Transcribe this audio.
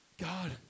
God